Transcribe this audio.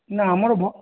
ନା ଆମର ମ